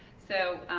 so,